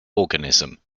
organism